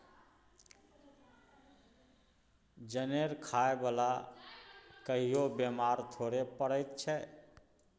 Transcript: जनेर खाय बला कहियो बेमार थोड़े पड़ैत छै